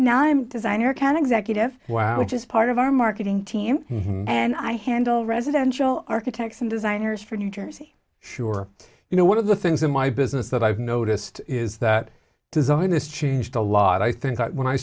now i'm designer can executive wow just part of our marketing team and i handle residential architects and designers from new jersey sure you know one of the things in my business that i've noticed is that design is changed a lot i think when i